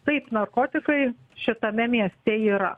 taip narkotikai šitame mieste yra